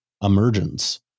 Emergence